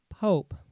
Pope